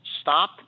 stop